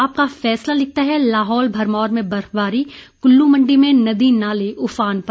आपका फैसला लिखता है लाहुल भरमौर में बर्फबारी कुल्लू मंडी में नदी नाले उफान पर